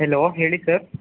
hello ಹೇಳಿ sir